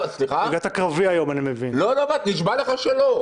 לא, נשבע לך שלא.